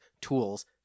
tools